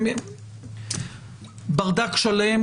ברדק שלם,